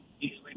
easily